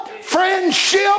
friendship